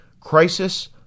Crisis